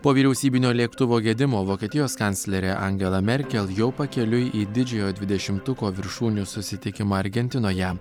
po vyriausybinio lėktuvo gedimo vokietijos kanclerė angela merkel jau pakeliui į didžiojo dvidešimtuko viršūnių susitikimą argentinoje